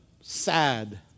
sad